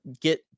get